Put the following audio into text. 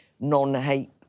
non-hate